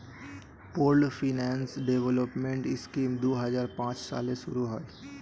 pooled finance development scheme দুই হাজার পাঁচ সালে শুরু হয়